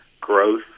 growth